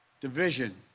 division